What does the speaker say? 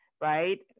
right